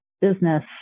business